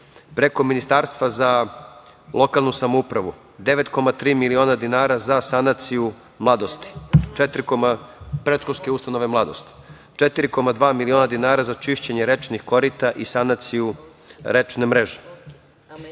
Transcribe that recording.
preko Ministarstva za lokalnu samoupravu 9,3 miliona dinara za sanaciju PU „Mladost“, 4,2 miliona dinara za čišćenje rečnih korita i sanaciju rečne mreže,